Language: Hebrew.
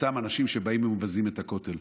באותם אנשים שבאים ומבזים את הכותל.